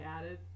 added